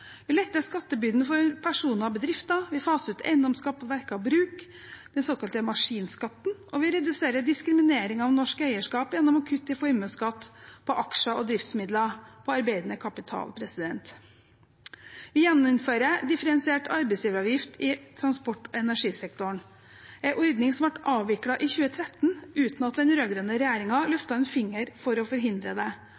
Vi letter skattebyrden for personer og bedrifter, vi faser ut eiendomsskatt på verk og bruk, den såkalte maskinskatten, og vi reduserer diskriminering av norsk eierskap gjennom å kutte i formuesskatt på aksjer og driftsmidler på arbeidende kapital. Vi gjeninnfører differensiert arbeidsgiveravgift i transport- og energisektoren, en ordning som ble avviklet i 2013, uten at den